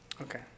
Okay